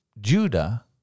Judah